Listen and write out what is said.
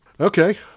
Okay